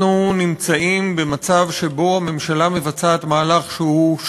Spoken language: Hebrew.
אנחנו נמצאים במצב שבו הממשלה מבצעת מהלך שהוא,